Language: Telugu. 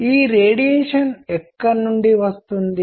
ఈ రేడియేషన్ ఎక్కడ నుండి వస్తుంది